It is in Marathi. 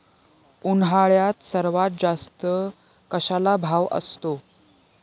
उन्हाळ्यात सर्वात जास्त कशाला भाव असतो?